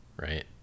right